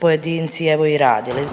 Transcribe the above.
pojedinci evo i radili.